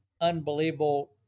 unbelievable